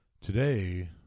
Today